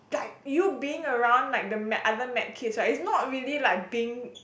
like you being around like the med other med kids right it's not really like being